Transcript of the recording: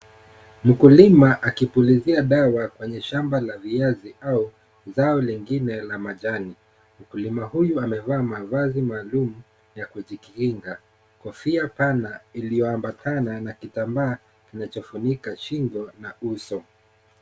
Mkulima akipulizia dawa kwenye shamba la viazi au zao lingine la majani. Mkulima huyu, amevaa mavazi maalum ya kujikinga. Kofia pana iliyoambatana na kitambaa kinachofunikwa shingo na uso.